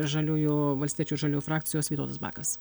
žaliųjų valstiečių ir žaliųjų frakcijos vytautas bakas